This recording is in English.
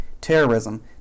terrorism